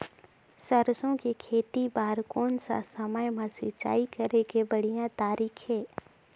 सरसो के खेती बार कोन सा समय मां सिंचाई करे के बढ़िया तारीक हे?